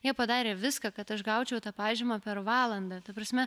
jie padarė viską kad aš gaučiau tą pažymą per valandą ta prasme